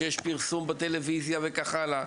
כאשר יש פרסום בטלוויזיה וכך הלאה.